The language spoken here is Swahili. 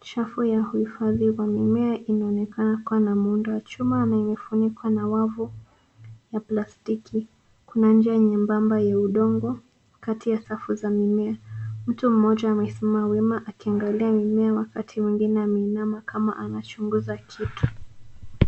Chafu ya uhifadhi wa mimea inaonekana kuwa na muundo wa chuma na imefunikwa na wavu ya plastiki. Kuna njia nyembamba ya udongo kati ya safu za mimea. Mtu mmoja amesimama wima akiangalia mimea wakati mwingine ameinama kama anachunguza kitu.